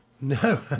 No